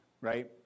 right